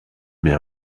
mais